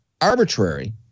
arbitrary